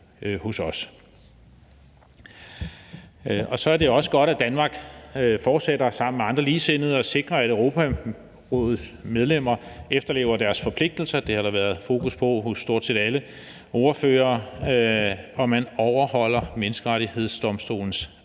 os. Så er det også godt, at Danmark fortsætter sammen med andre ligesindede og sikrer, at Europarådets medlemmer efterlever deres forpligtelser – det har der været fokus på hos stort set alle ordførere – og at man overholder Menneskerettighedsdomstolens afgørelser.